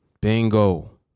Bingo